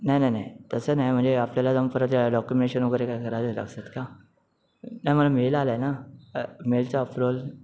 नाही नाही नाही तसं नाही म्हणजे आपल्याला परत डॉक्युमेशन वगैरे काय करायचं असतात का नाही मला मेल आला आहे ना मेलचा अप्रूवल